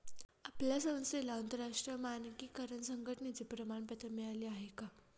आपल्या संस्थेला आंतरराष्ट्रीय मानकीकरण संघटने चे प्रमाणपत्र मिळाले आहे का?